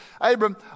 Abram